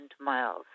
miles